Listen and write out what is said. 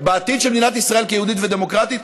בעתיד של מדינת ישראל כיהודית ודמוקרטית,